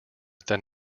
than